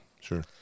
Sure